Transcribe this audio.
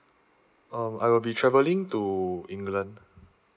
um I will be travelling to england